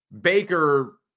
Baker